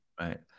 Right